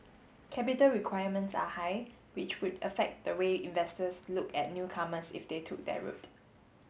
capital requirements are high which would affect the way investors looked at newcomers if they took that route